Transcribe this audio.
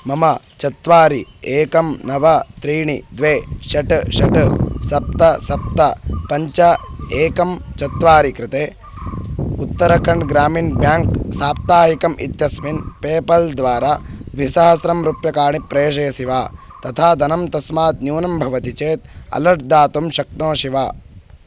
मम चत्वारि एकं नव त्रीणि द्वे षट् षट् सप्त सप्त पञ्च एकं चत्वारि कृते उत्तरखण्ड् ग्रामिन् बेङ्क् साप्ताहिकम् इत्यस्मिन् पेपाल् द्वारा द्विसहस्रं रूप्यकाणि प्रेषयसि वा तथा धनं तस्मात् न्यूनं भवति चेत् अलर्ट् दातुं शक्नोषि वा